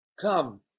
come